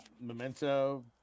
Memento